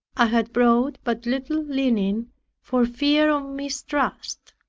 i had brought but little linen for fear of mistrust.